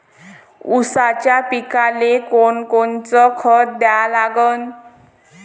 ऊसाच्या पिकाले कोनकोनचं खत द्या लागन?